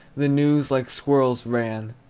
the news like squirrels ran.